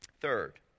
Third